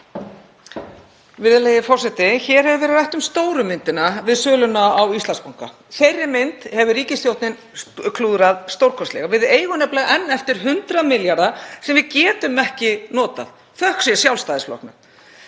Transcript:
Virðulegi forseti. Hér hefur verið rætt um stóru myndina við söluna á Íslandsbanka. Þeirri mynd hefur ríkisstjórnin klúðrað stórkostlega. Við eigum nefnilega enn eftir 100 milljarða sem við getum ekki notað, þökk sé Sjálfstæðisflokknum,